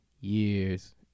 years